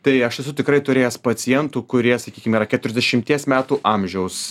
tai aš esu tikrai turėjęs pacientų kurie sakykim yra keturiasdešimties metų amžiaus